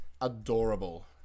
adorable